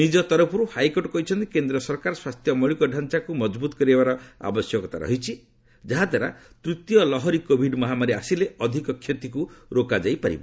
ନିଜ ତରଫରୁ ହାଇକୋର୍ଟ କହିଛନ୍ତି କେନ୍ଦ୍ର ସରକାର ସ୍ୱାସ୍ଥ୍ୟ ମୌଳିକତାଞ୍ଚାକୁ ମଜବୁତ୍ କରିବାର ଆବଶ୍ୟକତା ରହିଛି ଯାହାଦ୍ୱାରା ତୃତୀୟ ଲହରୀ କୋଭିଡ୍ ମହାମାରୀ ଆସିଲେ ଅଧିକ କ୍ଷତିକୁ ରୋକାଯାଇପାରିବ